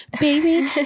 baby